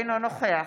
אינו נוכח